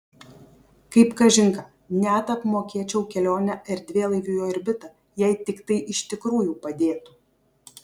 kaip kažin ką net apmokėčiau kelionę erdvėlaiviu į orbitą jei tik tai iš tikrųjų padėtų